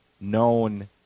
known